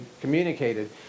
communicated